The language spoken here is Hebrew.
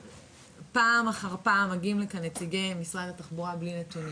פעם אחר פעם מגיעים לכאן נציגי משרד התחבורה בלי נתונים,